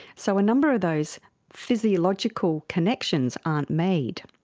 so a number of those physiological connections aren't made.